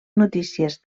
notícies